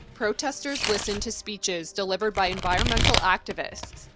protestors listened to speeches delivered by environmental activists,